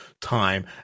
time